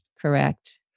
Correct